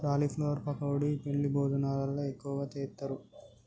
cauliflower pakodi పెండ్లి భోజనాలల్ల ఎక్కువగా చేస్తారు